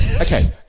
Okay